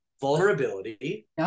vulnerability